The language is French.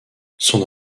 son